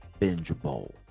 bingeable